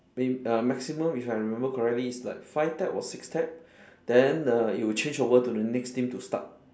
may~ uh maximum if I remember correctly is like five tap or six tap then err you will change over to the next team to start